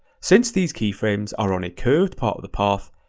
since these keyframes are on a curved part of the path,